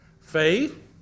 Faith